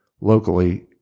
locally